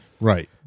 Right